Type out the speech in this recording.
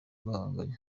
bahanganye